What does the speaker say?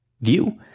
view